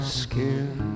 skin